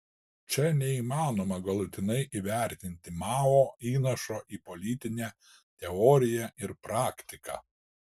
čia neįmanoma galutinai įvertinti mao įnašo į politinę teoriją ir praktiką